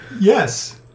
Yes